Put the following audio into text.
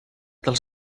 dels